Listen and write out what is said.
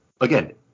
again